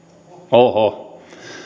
oho